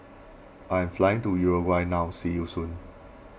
I am flying to Uruguay now see you soon